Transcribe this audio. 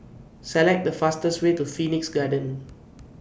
Select The fastest Way to Phoenix Garden